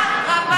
תודה רבה.